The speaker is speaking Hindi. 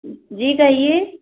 जी कहिए